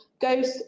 goes